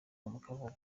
mukavuga